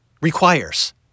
Requires